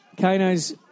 Kano's